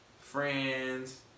Friends